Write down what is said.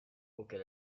auquel